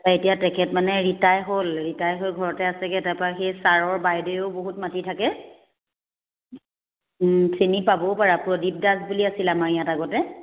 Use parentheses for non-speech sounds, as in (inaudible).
এতিয়া তেখেত মানে ৰিটায়াৰ হ'ল ৰিটায়াৰ হৈ ঘৰতে আছেগে তাৰ পৰা সেই ছাৰৰ বাইদেৱো বহুত মাতি থাকে চিনি পাবও পাৰা (unintelligible) প্ৰদীপ দাস বুলি আছিলে আমাৰ ইয়াত আগতে